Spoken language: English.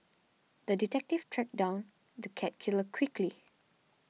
the detective tracked down the cat killer quickly